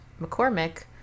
McCormick